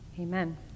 amen